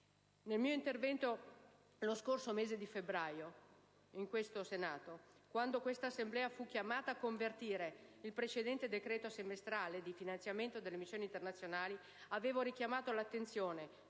Nel mio intervento, lo scorso mese di febbraio, in questo Senato, quando quest'Assemblea fu chiamata a convertire il precedente decreto semestrale di finanziamento delle missioni internazionali, richiamai l'attenzione